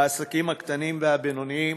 העסקים הקטנים והבינוניים,